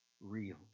Real